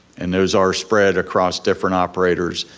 and those are spread across different operators.